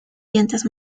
dientes